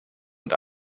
und